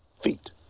feet